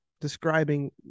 describing